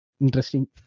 interesting